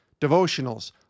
devotionals